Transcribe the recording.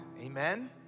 Amen